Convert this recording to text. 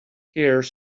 here